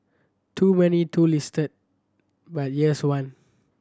too many too list but here's one